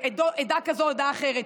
עדה כזאת או עדה אחרת.